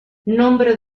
nombre